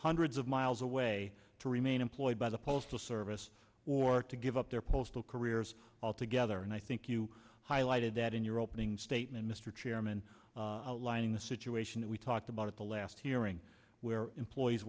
hundreds of miles away to remain employed by the postal service or to give up their postal careers altogether and i think you highlighted that in your opening statement mr chairman aligning the situation that we talked about at the last hearing where employees